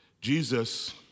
Jesus